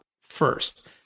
first